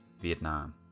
Vietnam